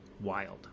Wild